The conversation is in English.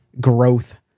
growth